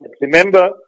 Remember